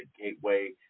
Gateway